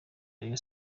rayon